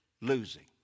losing